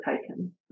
taken